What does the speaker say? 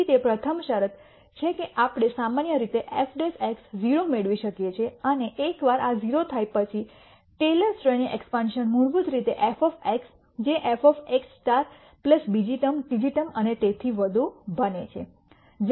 તેથી તે પ્રથમ શરત છે કે આપણે સામાન્ય રીતે f 0 મેળવી શકીએ છીએ અને એકવાર આ 0 થાય પછી ટેલર શ્રેણી એક્સપાન્શન મૂળભૂત રીતે f જે f x બીજી ટર્મ ત્રીજી ટર્મ અને તેથી વધુ બને છે